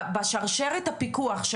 בשרשרת הפיקוח,